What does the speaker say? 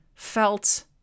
felt